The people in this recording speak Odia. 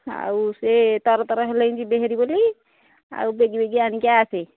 ଆଉ ସେ ତର ତର ହେଲେଣି ଯିବେ ହେରି ବୋଲି ଆଉ ବେଗି ବେଗି ଆଣିକି ଆସେ